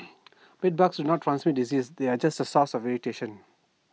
bedbugs do not transmit diseases they are just A source of irritation